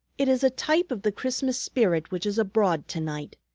it is a type of the christmas spirit which is abroad to-night.